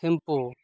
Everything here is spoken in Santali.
ᱛᱷᱤᱢᱯᱩ